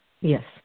Yes